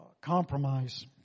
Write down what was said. compromise